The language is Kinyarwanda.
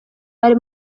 ari